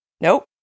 nope